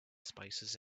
spices